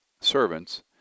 Servants